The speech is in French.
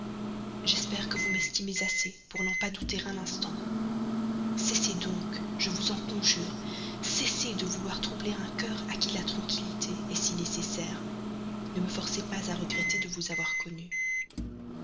j'espère que vous m'estimez assez pour n'en pas douter un instant cessez donc je vous en conjure cessez de vouloir troubler un cœur à qui la tranquillité est si nécessaire ne me forcez pas à regretter de vous avoir connu